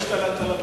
השתלטת על,